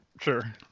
Sure